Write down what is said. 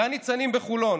גן ניצנים בחולון,